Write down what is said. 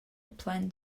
plan